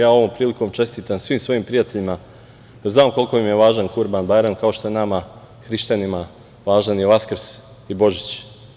Ja ovom prilikom čestitam svim svojim prijateljima, znam koliko im je važan Kurban-bajram, kao što je nama hrišćanima važan Vaskrs i Božić.